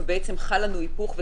וחל לנו היפוך.